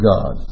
God